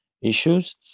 issues